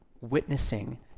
witnessing